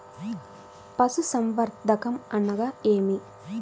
పశుసంవర్ధకం అనగా ఏమి?